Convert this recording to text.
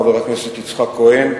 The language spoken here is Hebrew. חבר הכנסת יצחק כהן,